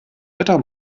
wetter